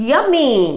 Yummy